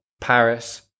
Paris